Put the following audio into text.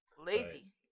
Lazy